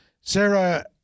sarah